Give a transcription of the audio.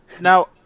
Now